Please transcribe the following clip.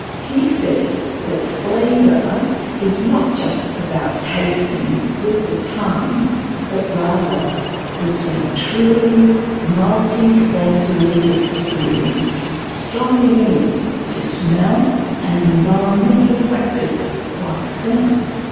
he says that flavour is not just about tasting with the tongue but rather it's a truly multisensory experience, strongly linked to smell and environmental factors like sound.